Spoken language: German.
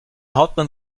hauptmann